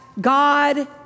God